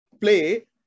play